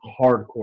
hardcore